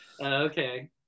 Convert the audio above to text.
okay